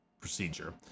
procedure